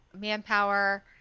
manpower